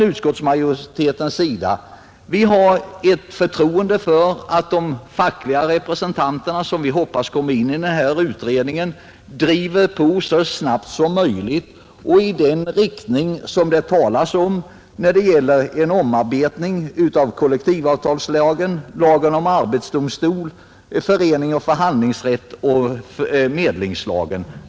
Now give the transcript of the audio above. Utskottsmajoriteten har förtroende för att de fackliga representanter som vi hoppas kommer med i utredningen driver på så snabbt som möjligt och i den riktning som det talas om när det gäller omarbetning av kollektivavtalslagen, lagen om arbetsdomstol, lagen om föreningsoch förhandlingsrätt samt medlingslagen.